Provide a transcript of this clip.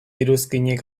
iruzkinik